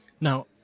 Now